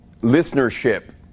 listenership